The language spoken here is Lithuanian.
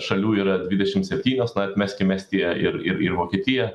šalių yra dvidešim septynios na atmeskim estiją ir ir ir vokietiją